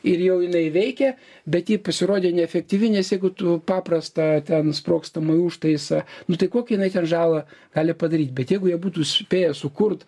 ir jau jinai veikė bet ji pasirodė neefektyvi nes jeigu tu paprastą ten sprogstamąjį užtaisą nu tai kokią jinai ten žalą gali padaryt bet jeigu jie būtų spėję sukurt